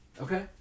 okay